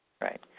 Right